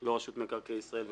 לא רשות מקרקעי ישראל,